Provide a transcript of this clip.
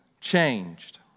changed